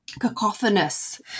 cacophonous